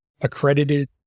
accredited